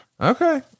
Okay